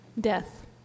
death